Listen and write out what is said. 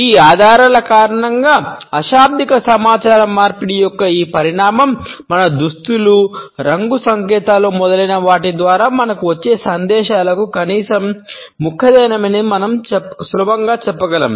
ఈ ఆధారాల కారణంగా అశాబ్దిక సమాచార మార్పిడి యొక్క ఈ పరిమాణం మన దుస్తులు రంగు సంకేతాలు మొదలైన వాటి ద్వారా మనకు వచ్చే సందేశాలకు కనీసం ముఖ్యమైనదని మనం సులభంగా చెప్పగలం